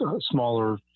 smaller